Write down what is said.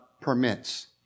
permits